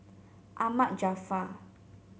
Ahmad Jaafar